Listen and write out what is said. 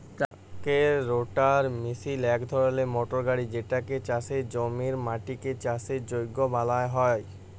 ট্রাক্টারের রোটাটার মিশিল ইক ধরলের মটর গাড়ি যেটতে চাষের জমির মাটিকে চাষের যগ্য বালাল হ্যয়